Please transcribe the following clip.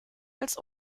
als